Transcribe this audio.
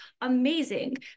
amazing